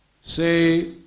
say